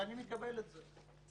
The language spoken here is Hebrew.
ואני מקבל את זה.